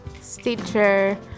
Stitcher